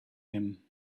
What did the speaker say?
him